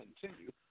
continue